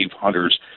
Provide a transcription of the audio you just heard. hunters